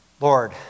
Lord